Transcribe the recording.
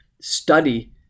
study